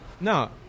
No